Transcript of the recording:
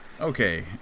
Okay